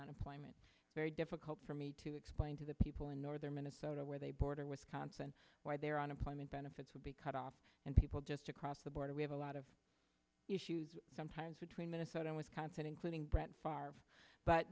unemployment very difficult for me to explain to the people in northern minnesota where they border wisconsin where their unemployment benefits would be cut off and people just across the border we have a lot of issues sometimes between minnesota and wisconsin including